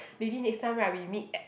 maybe next time right we meet at